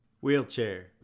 Wheelchair